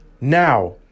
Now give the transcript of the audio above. Now